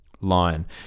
line